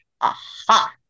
aha